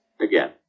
Again